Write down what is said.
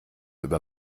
über